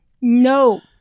no